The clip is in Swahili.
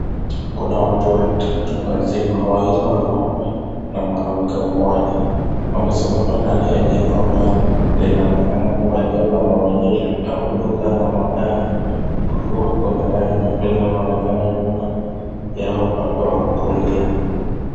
Kuna watu watatu wazima, wawili wanaume na mwanamke mmoja wamesimama ndani ya jengo ambalo linaonekana kuwa eneo la maonyesho au duka la magari, kwa kuwa kuna gari jipya linaloonekana nyuma yao upande wa kulia.